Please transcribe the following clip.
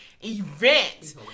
event